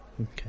okay